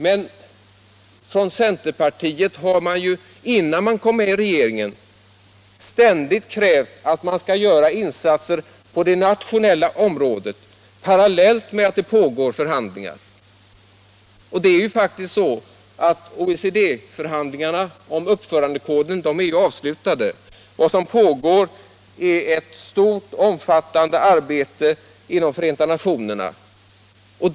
Men från centerpartiet har man — innan man kom med i regeringen — ständigt krävt att vi skall göra insatser på det nationella området parallellt med att det pågår förhandlingar. Det är faktiskt så att OECD-förhandlingarna om uppförandekoden är avslutade. Vad som pågår är ett omfattande arbete inom Förenta Nationerna.